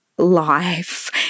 life